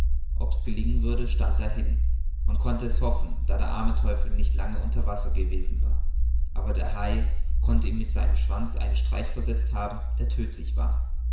rufen ob's gelingen würde stand dahin man konnte es hoffen da der arme teufel nicht lange unter wasser gewesen war aber der hai konnte ihm mit seinem schwanz einen streich versetzt haben der tödtlich war